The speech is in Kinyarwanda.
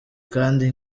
kandi